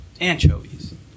Anchovies